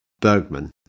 Bergman